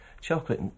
Chocolate